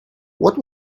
what